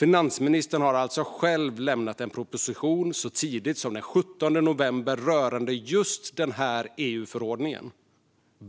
Finansministern har alltså själv lämnat en proposition så tidigt som den 17 november rörande just den här EU-förordningen.